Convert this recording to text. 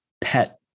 pet